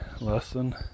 lesson